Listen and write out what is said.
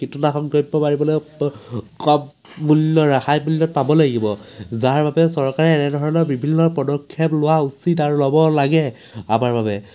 কীটনাশক মাৰিবলৈ কম মূল্য ৰেহাই মূল্যত পাব লাগিব যাৰ বাবে চৰকাৰে এনেধৰণৰ বিভিন্ন পদক্ষেপ লোৱা উচিত আৰু ল'ব লাগে আমাৰ বাবে